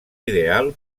ideal